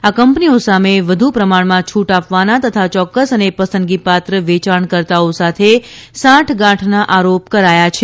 આ કંપનીઓ સામે વધુ પ્રમાણમાં છુટ આપવાના તથા ચોક્કસ અને પસંદગીપાત્ર વેયાણ કર્તાઓ સાથે સાંઠ ગાંઠના આરોપ કરાથા છે